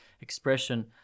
expression